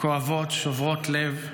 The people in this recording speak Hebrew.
כואבות, שוברות לב,